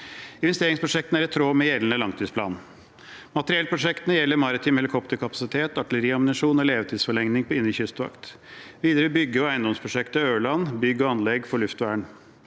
Investeringsprosjektene er i tråd med gjeldende langtidsplan. Materiellprosjektene gjelder maritim helikopterkapasitet, artilleriammunisjon og levetidsforlenging av Indre kystvakt. Videre handler proposisjonen om bygge- og eiendomsprosjektet Ørland, bygg og anlegg for luftvern.